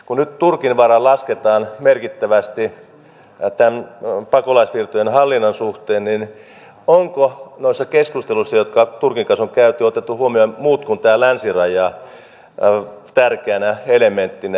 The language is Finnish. kun nyt turkin varaan lasketaan merkittävästi tämän pakolaissiirtojen hallinnan suhteen niin onko noissa keskusteluissa jotka turkin kanssa on käyty otettu huomioon muut kuin tämä länsiraja tärkeänä elementtinä